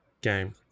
game